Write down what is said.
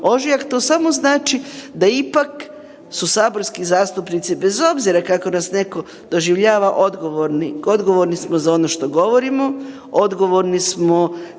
ožujak, to samo znači da ipak su saborski zastupnici, bez obzira kako nas netko doživljava, odgovorni. Odgovorni smo za ono što govorimo, odgovorni smo